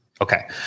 okay